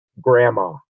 grandma